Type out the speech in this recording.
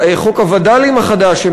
חוק הווד"לים החדש,